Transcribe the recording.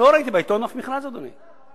לא ראיתי בעיתון אף מכרז, אדוני.